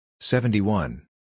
Seventy-one